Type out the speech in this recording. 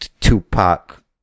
Tupac